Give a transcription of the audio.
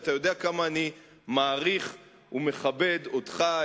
אתה יודע כמה אני מעריך ומכבד אותך,